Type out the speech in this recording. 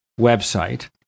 website